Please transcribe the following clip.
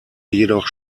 jedoch